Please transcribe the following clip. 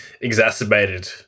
exacerbated